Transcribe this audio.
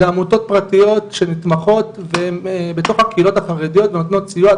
זה עמותות פרטיות שמתמחות והם בתוך הקהילות החרדיות ונותנות סיוע,